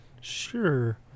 Sure